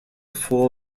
full